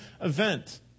event